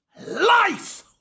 life